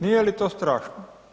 Nije li to strašno?